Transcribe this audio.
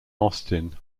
austin